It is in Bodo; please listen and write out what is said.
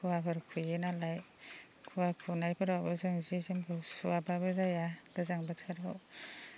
खुवाफोर खुयो नालाय खुवा खुनायफोरावबो जोङो जि जोमखौ सुवाब्लाबो जाया गोजां बोथोराव